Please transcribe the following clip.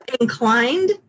inclined